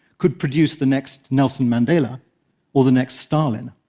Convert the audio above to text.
could produce the next nelson mandela or the next stalin.